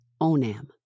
Onam